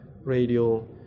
radio